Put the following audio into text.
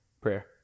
prayer